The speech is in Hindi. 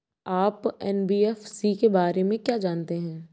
आप एन.बी.एफ.सी के बारे में क्या जानते हैं?